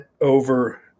over